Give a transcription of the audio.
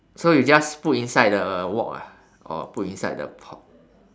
so you just put inside the wok ah or put inside the pot